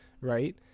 right